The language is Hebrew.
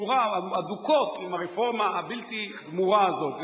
קשורה הדוקות עם הרפורמה הבלתי גמורה הזאת.